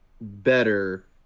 better